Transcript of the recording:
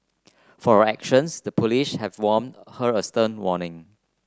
for her actions the have warned her a stern warning